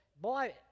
boy